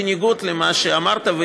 בניגוד למה שאמרת,